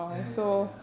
ya ya ya